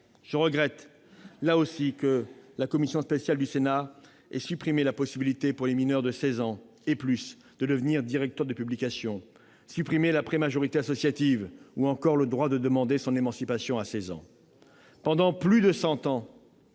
Je regrette que la commission spéciale du Sénat ait supprimé la possibilité, pour les mineurs de 16 ans et plus, de devenir directeur de publication, la prémajorité associative ou le droit de demander son émancipation à 16 ans.